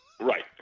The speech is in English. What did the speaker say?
Right